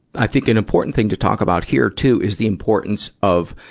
i think an important think to talk about here, too, is the importance of,